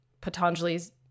patanjali's